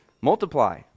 multiply